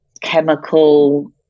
chemical